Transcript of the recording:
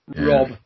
Rob